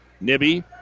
Nibby